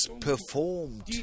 performed